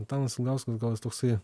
antanas ilgauskas gal jis toksai